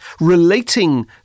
relating